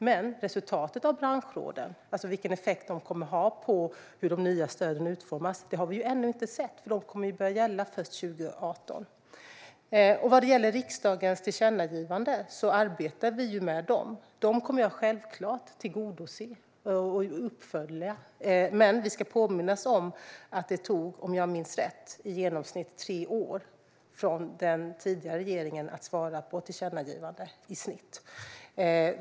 Men resultatet av branschråden, alltså vilken effekt de kommer att ha på hur de nya stöden utformas, har vi ännu inte sett. De kommer att börja gälla först 2018. Vad gäller riksdagens tillkännagivanden arbetar vi med dem. Jag kommer självklart att tillgodose och följa upp dem. Men vi ska påminna oss om att det, om jag minns rätt, tog i genomsnitt tre år för den tidigare regeringen att svara på tillkännagivanden.